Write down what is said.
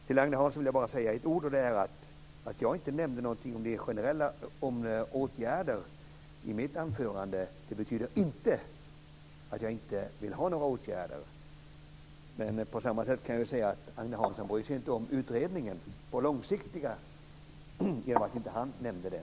Till Agne Hansson vill jag bara säga bara för att jag inte nämnde något om åtgärder i mitt anförande betyder det inte att jag inte vill att det skall vidtas några åtgärder. På samma sätt kan jag säga att Agne Hansson inte bryr sig om utredningens långsiktiga arbete, eftersom han inte nämnde något om det.